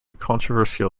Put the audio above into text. controversial